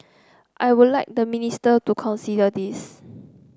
I would like the minister to consider this